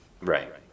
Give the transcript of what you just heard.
Right